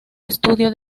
estudio